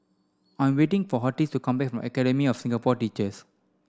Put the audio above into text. I'm waiting for Hortense to come back from Academy of Singapore Teachers